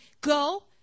Go